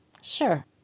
Sure